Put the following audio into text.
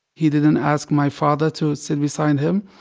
he didn't ask my father to sit beside him.